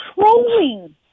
trolling